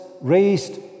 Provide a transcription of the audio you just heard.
raised